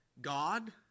God